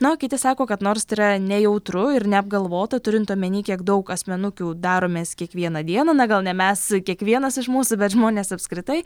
na o kiti sako kad nors tai yra nejautru ir neapgalvota turint omeny kiek daug asmenukių daromės kiekvieną dieną na gal ne mes kiekvienas iš mūsų bet žmonės apskritai